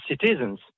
citizens